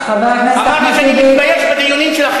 חבר הכנסת אחמד טיבי,